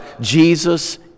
Jesus